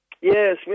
Yes